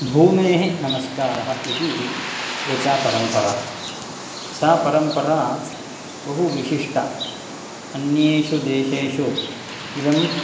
भूमेः नमस्कारः इति एका परम्परा सा परम्परा बहुविशिष्टा अन्येषु देशेषु इदं